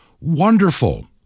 wonderful